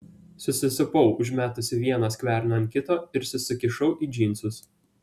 susisupau užmetusi vieną skverną ant kito ir susikišau į džinsus